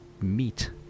meet